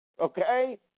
Okay